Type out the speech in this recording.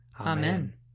Amen